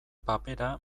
papera